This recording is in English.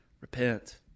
Repent